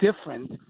different